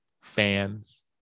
fans